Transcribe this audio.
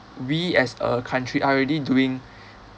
we as a country are already doing